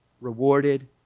rewarded